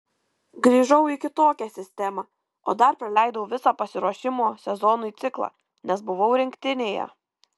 grįžau į kitokią sistemą o dar praleidau visą pasiruošimo sezonui ciklą nes buvau rinktinėje